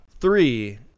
three